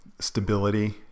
Stability